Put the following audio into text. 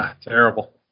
Terrible